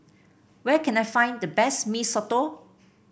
where can I find the best Mee Soto